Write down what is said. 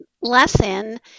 lesson